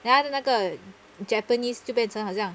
then 他就那个 japanese 就变成好像